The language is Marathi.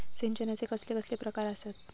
सिंचनाचे कसले कसले प्रकार आसत?